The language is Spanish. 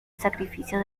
sacrificio